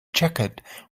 jacket